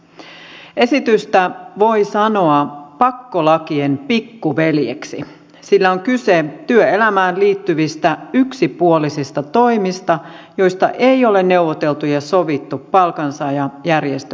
esitystä voi sanoa pakkolakien pikkuveljeksi sillä on kyse työelämään liittyvistä yksipuolisista toimista joista ei ole neuvoteltu ja sovittu palkansaajajärjestöjen kanssa